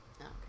Okay